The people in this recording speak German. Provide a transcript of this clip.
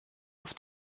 auf